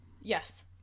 Yes